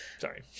Sorry